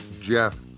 Jeff